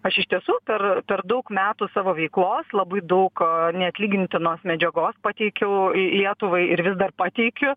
aš iš tiesų per per daug metų savo veiklos labai daug neatlygintinos medžiagos pateikiau lietuvai ir vis dar pateikiu